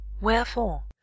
Wherefore